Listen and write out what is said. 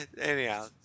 Anyhow